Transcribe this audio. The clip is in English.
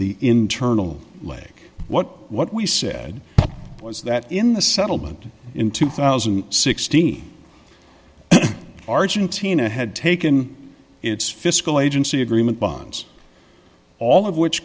the internal lake what what we said was that in the settlement in two thousand and sixteen argentina had taken its fiscal agency agreement bonds all of which